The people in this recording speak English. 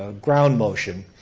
ah ground motion.